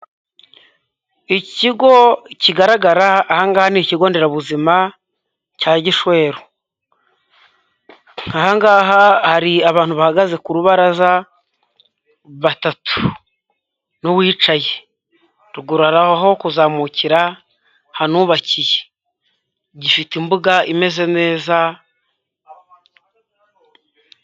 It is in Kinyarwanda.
Ikigo kigaragara, aha ngaha ni ikigo nderabuzima cya gishweru. Aha ngaha hari abantu bahagaze ku rubaraza batatu n'uwicaye, ruguru hari aho kuzamukira hanubakiye gifite imbuga imeze neza.